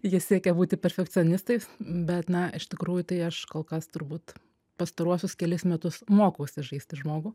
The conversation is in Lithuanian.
jie siekia būti perfekcionistais bet na iš tikrųjų tai aš kol kas turbūt pastaruosius kelis metus mokausi žaisti žmogų